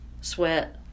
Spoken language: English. sweat